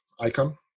icon